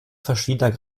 verschiedener